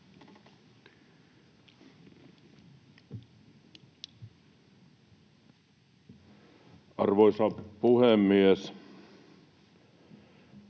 Arvoisa puhemies!